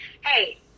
hey